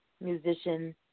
musician